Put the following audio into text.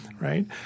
Right